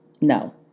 no